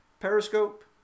Periscope